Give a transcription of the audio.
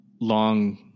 long